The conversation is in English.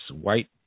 white